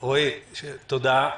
רועי, תודה.